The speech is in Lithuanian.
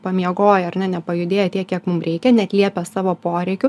pamiegoję ar ne nepajudėję tiek kiek mum reikia neatliepę savo poreikių